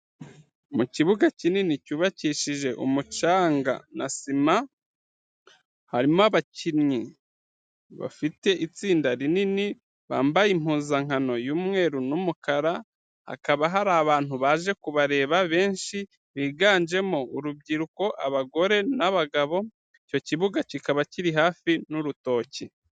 Mu kibuga kinini cyubakishije umucanga na sima, harimo abakinnyi bafite itsinda rinini bambaye impuzankano y'umweru n'umukara, hakaba hari abantu baje kubareba benshi biganjemo urubyiruko, abagore n'abagabo, icyo kibuga kikaba kiri hafi n'urutoki.